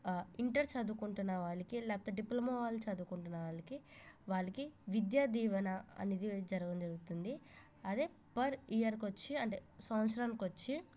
inter చదువుకుంటున్న వాళ్ళకి లేకపోతే డిప్లొమో వాళ్ళు చదువుకుంటున్న వాళ్ళకి వాళ్ళకి విద్యా దీవెన అనేది జరగడం జరుగుతుంది అదే పర్ ఇయర్కి వచ్చి అంటే సంవత్సరానికి వచ్చి